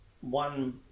one